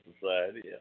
society